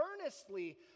earnestly